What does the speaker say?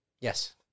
Yes